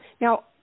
Now